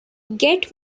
get